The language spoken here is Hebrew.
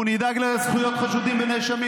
אנחנו נדאג לזכויות חשודים ונאשמים,